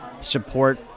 support